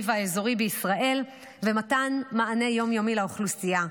והאזורי בישראל ומתן מענה יום-יומי לאוכלוסייה.